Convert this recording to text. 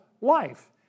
life